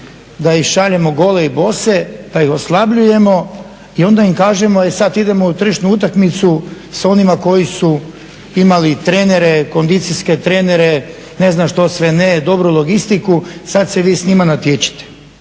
da ih šaljemo gole i bose, da ih oslabljujemo i onda im kažemo e sad idemo u tržišnu utakmicu sa onima koji su imali trenere, kondicijske trenere, ne znam što sve ne, dobru logistiku sad se vi s njima natječite.